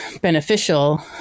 beneficial